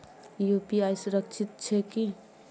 UPI सुरक्षित छै की?